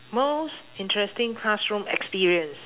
most interesting classroom experience